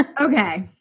okay